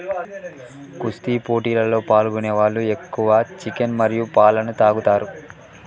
కుస్తీ పోటీలలో పాల్గొనే వాళ్ళు ఎక్కువ చికెన్ మరియు పాలన తాగుతారు